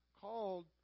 called